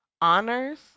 honors